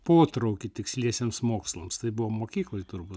potraukį tiksliesiems mokslams tai buvo mokykloj turbūt